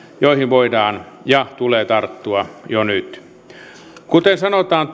joihin voidaan ja tulee tarttua jo nyt kun sanotaan